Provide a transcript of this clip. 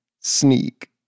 sneak